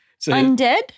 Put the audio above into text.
undead